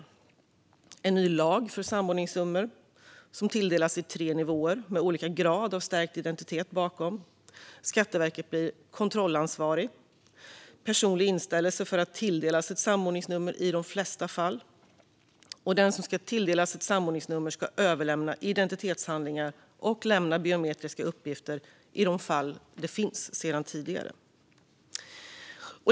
Det handlar om en ny lag för samordningsnummer som tilldelas i tre nivåer med olika grad av stärkt identitet bakom. Skatteverket blir kontrollansvarigt, och personlig inställelse för att tilldelas ett samordningsnummer gäller i de flesta fall. Den som ska tilldelas ett samordningsnummer ska överlämna identitetshandlingar och lämna biometriska uppgifter i de fall det finns sedan tidigare.